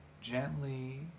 gently